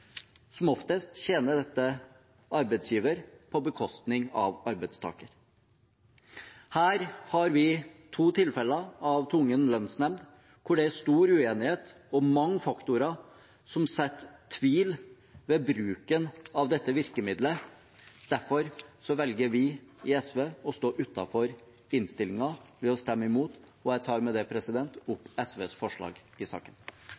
Som oftest tjener dette arbeidsgiver på bekostning av arbeidstakerne. Her har vi to tilfeller av tvungen lønnsnemnd hvor det er stor uenighet om mange faktorer, noe som setter tvil ved bruken av dette virkemidlet. Derfor velger vi i SV å stå utenfor innstillingen ved å stemme imot, og jeg tar med dette opp SVs forslag i saken.